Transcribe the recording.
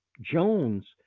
Jones